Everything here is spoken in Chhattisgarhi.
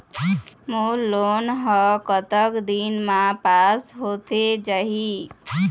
मोर लोन हा कतक दिन मा पास होथे जाही?